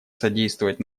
содействовать